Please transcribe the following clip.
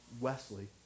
Wesley